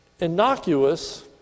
innocuous